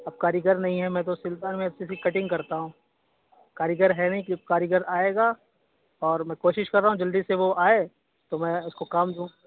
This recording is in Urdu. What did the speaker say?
اب کاریگر نہیں ہے میں تو سلتا نہیں ہوں میں صرف کٹنگ کرتا ہوں کاریگر ہے نہیں جب کاریگر آئے گا اور میں کوشش کر رہا ہوں جلدی سے وہ آئے تو میں اس کو کام دوں